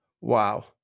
Wow